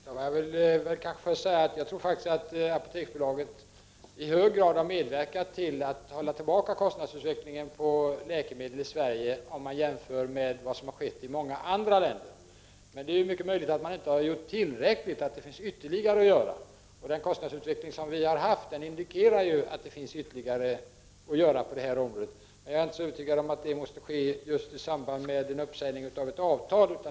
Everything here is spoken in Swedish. Herr talman! Först vill jag säga att jag tror att Apoteksbolaget i hög grad har medverkat till att hålla tillbaka kostnadsutvecklingen på läkemedel i Sverige, om man nämligen jämför med vad som har skett i många andra länder. Men det är mycket möjligt att man inte har gjort tillräckligt, utan att det finns ytterligare att göra på detta område. Det indikeras ju av den kostnadsutveckling som vi har haft. Jag är dock inte så övertygad om att detta måste ske just i samband med en uppsägning av ett avtal.